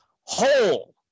whole